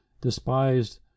despised